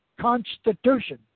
constitution